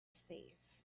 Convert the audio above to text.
safe